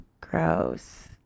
Gross